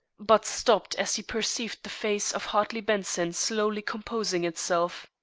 but stopped as he perceived the face of hartley benson slowly composing itself.